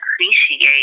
appreciate